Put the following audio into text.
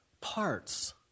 parts